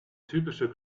typische